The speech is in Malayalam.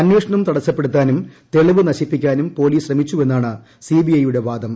അന്വേഷണം തടസ്സപ്പെടുത്താനും തെളിവ് നശിപ്പിക്കാനും പൊലീസ് ശ്രമിച്ചുവെന്നാണ് സിബിഐ യുടെ വാദം